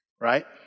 Right